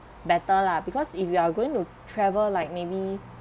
better lah because if you are going to travel like maybe